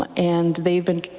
um and they have been,